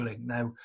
Now